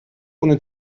ohne